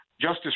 Justice